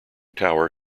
tower